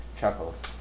chuckles